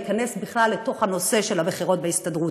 ולהיכנס בכלל לתוך הנושא של הבחירות בהסתדרות.